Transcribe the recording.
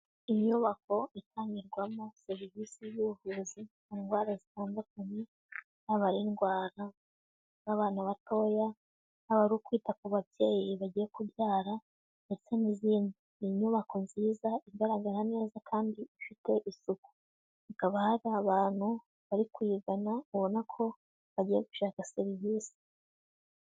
Inyubako itangirwamo serivisi z'ubuvuzi mu ndwara zitandukanye, zaba ari indwara z'abana batoya, yaba ari ukwita ku babyeyi bagiye kubyara, ndetse n'izindi, inyubako nziza igaragara neza kandi ifite isuku, hakaba hari abantu bari kuyigana, ubona ko bagiye gushaka serivisi.